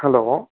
hello